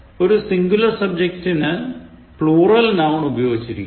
ഒരു സിന്ഗുലർ സബ്ജെക്റ്റിന് plural noun ഉപയോഗിച്ചിരിക്കുന്നു